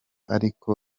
ariko